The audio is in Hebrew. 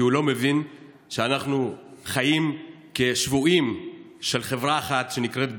כי הוא לא מבין שאנחנו חיים כשבויים של חברה אחת שנקראת "בזק",